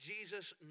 Jesus